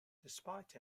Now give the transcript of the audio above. despite